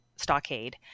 Stockade